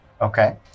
Okay